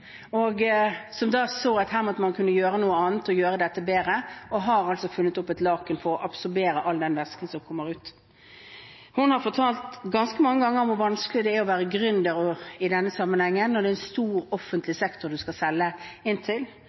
og som så at her måtte man kunne gjøre noe annet og gjøre det bedre, og har altså funnet opp et laken for å absorbere all den væsken som kommer ut. Hun har fortalt ganske mange ganger om hvor vanskelig det er å være gründer i denne sammenhengen når det er en stor offentlig sektor du skal selge